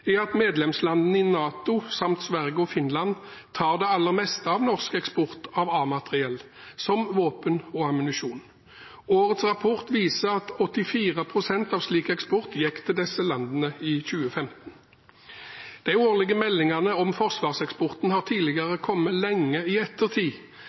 er at medlemslandene i NATO samt Sverige og Finland tar det aller meste av norsk eksport av A-materiell, som våpen og ammunisjon. Årets rapport viser at 84 pst. av slik eksport gikk til disse landene i 2015. De årlige meldingene om forsvarseksporten har